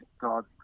God